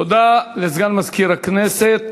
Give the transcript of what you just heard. תודה לסגן מזכירת הכנסת.